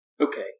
Okay